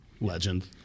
legend